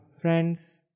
friends